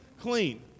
clean